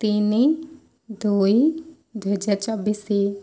ତିନି ଦୁଇ ଦୁଇ ହଜାର ଚବିଶ